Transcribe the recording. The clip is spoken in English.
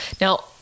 Now